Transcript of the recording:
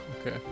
Okay